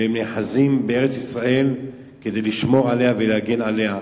נאחזים בארץ-ישראל כדי לשמור ולהגן עליה.